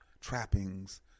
trappings